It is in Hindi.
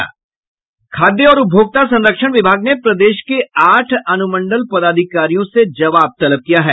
खाद्य और उपभोक्ता संरक्षण विभाग ने प्रदेश के आठ अनुमंडल पदाधिकारियों से जवाब तलब किया है